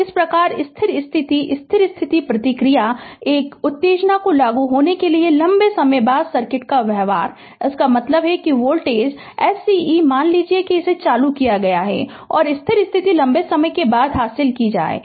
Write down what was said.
इस प्रकार स्थिर स्थिति स्थिर स्थिति प्रतिक्रिया एक उत्तेजना लागू होने के लंबे समय बाद सर्किट का व्यवहार है इसका मतलब है कि वोल्टेज sce मान लीजिए कि इसे चालू किया गया है और स्थिर स्थिति लंबे समय के बाद हासिल की जाएगी